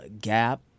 gap